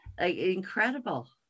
incredible